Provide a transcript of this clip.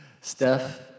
Steph